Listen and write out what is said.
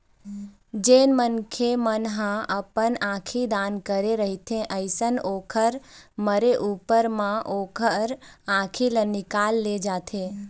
जेन मनखे मन ह अपन आंखी दान करे रहिथे अइसन ओखर मरे ऊपर म ओखर आँखी ल निकाल ले जाथे